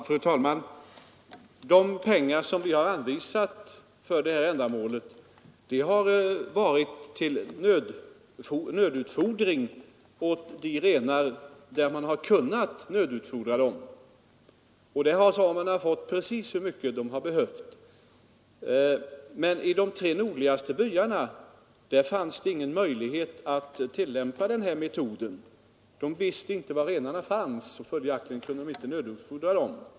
Fru talman! De pengar vi anvisat för det här ändamålet har just varit avsedda till nödutfodring av de renar som man kunnat utfodra på detta sätt. Där har samerna fått precis så mycket som de har behövt. Men i de tre nordligaste byarna fanns det ingen möjlighet att tillämpa den här metoden. Man visste inte var renarna fanns, och följaktligen kunde man inte nödutfodra dem.